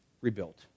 rebuilt